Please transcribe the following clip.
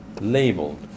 labeled